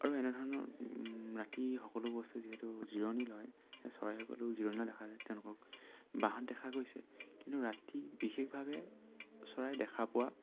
আৰু এনেধৰণৰ ৰাতি সকলো বস্তু যিহেতু জিৰণি লয় সেয়ে চৰাইসকলেও জিৰণি দেখা যায় তেওঁলোকক বাঁহত দেখা গৈছে কিন্তু ৰাতি বিশেষভাৱে চৰাই দেখা পোৱা